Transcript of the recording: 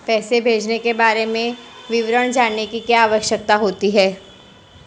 पैसे भेजने के बारे में विवरण जानने की क्या आवश्यकता होती है?